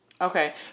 Okay